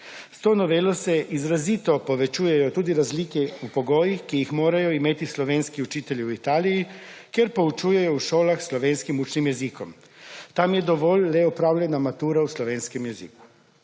S to novelo se izrazito povečujejo tudi razlike v pogojih, ki jih morajo imeti slovenski učitelji v Italiji, kjer poučujejo v šolah s slovenskim učnim jezikom. Tam je dovolj le opravljena matura v slovenskem jeziku,